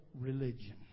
religion